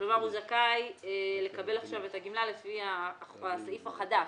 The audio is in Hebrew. כלומר הוא זכאי לקבל עכשיו את הגמלה לפי הסעיף החדש,